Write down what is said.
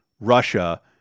Russia